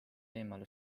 eemale